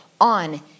on